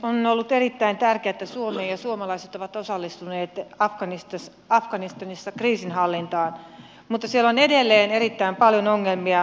on ollut erittäin tärkeää että suomi ja suomalaiset ovat osallistuneet afganistanissa kriisinhallintaan mutta siellä on edelleen erittäin paljon ongelmia